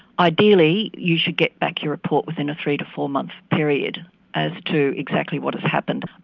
ideally you should get back your report within a three to four month period as to exactly what has happened.